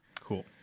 Cool